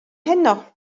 heno